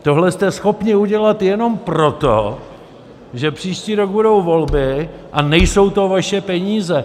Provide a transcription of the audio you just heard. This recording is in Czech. Tohle jste schopni udělat jenom proto, že příští rok budou volby a nejsou to vaše peníze.